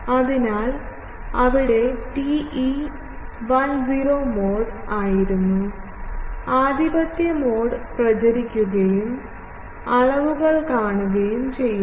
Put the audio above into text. അതിനാൽ അവിടെ TE10 mode ആയിരുന്നു ആധിപത്യ മോഡ് പ്രചരിപ്പിക്കുകയും അളവുകൾ കാണുകയും ചെയ്യുന്നു